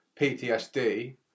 PTSD